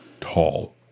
tall